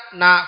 na